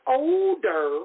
older